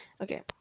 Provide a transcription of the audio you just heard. Okay